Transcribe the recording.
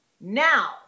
Now